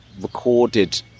recorded